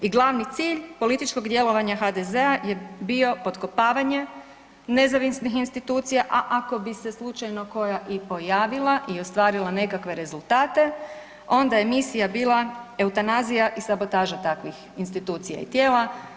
I glavni cilj političkog djelovanja HDZ-a je bio potkopavanje nezavisnih institucija, a ako bi se slučajno koja i pojavila i ostvarila nekakve rezultate onda je misija bila eutanazija i sabotaža takvih institucija i tijela.